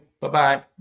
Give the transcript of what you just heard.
bye-bye